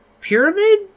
pyramid